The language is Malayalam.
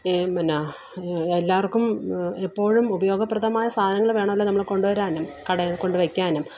ഈ പിന്നെ എല്ലാവര്ക്കും എപ്പോഴും ഉപയോഗപ്രദമായ സാധനങ്ങൾ വേണമല്ലോ നമ്മൾ കൊണ്ടുവരാൻ കടയില് കൊണ്ടു വയ്ക്കാനും